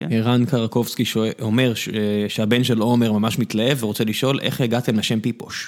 ערן קרקובסקי אומר שהבן של עומר ממש מתלהב ורוצה לשאול איך הגעתם לשם פיפוש.